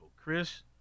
Chris